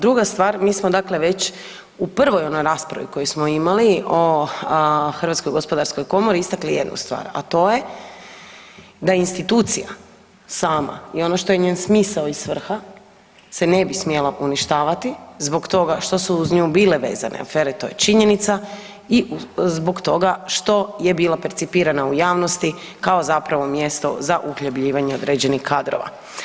Druga stvar, mi smo već u prvoj onoj raspravi koju smo imali o HGK-u istakli jednu stvar, a to je da institucija sama i ono što je njen smisao i svrha se ne bi smjela uništavati zbog toga što su uz nju bile vezane afere, to je činjenica i zbog toga što je bila percipirana u javnosti kao zapravo mjesto za uhljebljivanje određenih kadrova.